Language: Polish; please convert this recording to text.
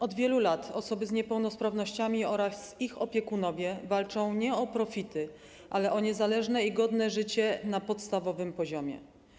Od wielu lat osoby z niepełnosprawnościami oraz ich opiekunowie walczą nie o profity, ale o niezależne i godne życie na podstawowym poziomie.